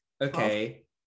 okay